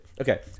Okay